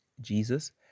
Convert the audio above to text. Jesus